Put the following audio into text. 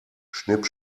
schnipp